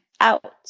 out